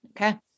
Okay